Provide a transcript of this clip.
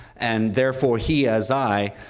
and therefore he, as i,